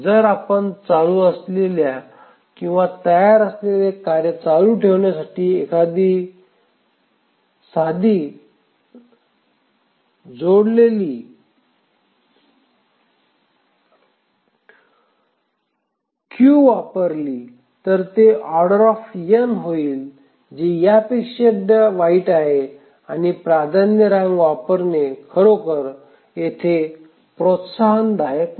जर आपण चालू असलेल्या किंवा तयार असलेल्या कार्ये चालू ठेवण्यासाठी एखादी साधी जोडलेली रांगे वापरली तर ते O होईल जे यापेक्षा वाईट आहे आणि प्राधान्य रांग वापरणे खरोखर प्रोत्साहनदायक नाही